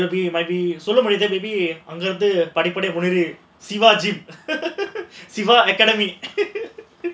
சொல்ல முடியுது:solla mudiyuthu அங்க இருந்து படி படி முன்னேறி சிவா:anga irunthu padi padi munnaeri siva academy